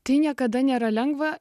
tai niekada nėra lengva